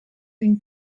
une